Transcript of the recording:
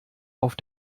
auf